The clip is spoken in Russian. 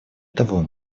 того